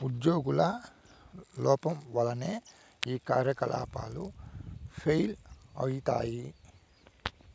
ఉజ్యోగుల లోపం వల్లనే ఈ కార్యకలాపాలు ఫెయిల్ అయితయి